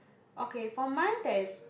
okay for mine there's